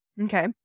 Okay